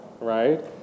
right